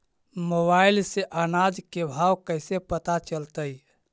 Mobile से अनाज के भाव कैसे पता चलतै?